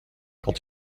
quand